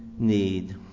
Need